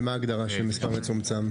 ומה ההגדרה של "מספר מצומצם"?